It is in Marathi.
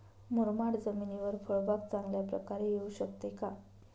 मुरमाड जमिनीवर फळबाग चांगल्या प्रकारे येऊ शकते का?